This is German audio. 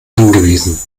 angewiesen